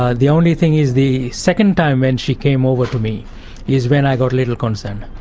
ah the only thing is the second time when she came over to me is when i got a little concerned.